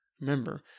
Remember